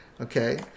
Okay